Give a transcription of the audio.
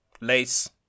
lace